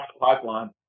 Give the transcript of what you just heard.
pipeline